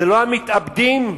לא המתאבדים?